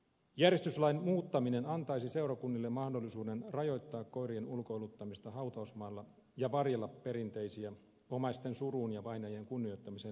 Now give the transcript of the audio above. järjestyslain muuttaminen antaisi seurakunnille mahdollisuuden rajoittaa koirien ulkoiluttamista hautausmailla ja varjella perinteisiä omaisten suruun ja vainajien kunnioittamiseen liittyviä arvoja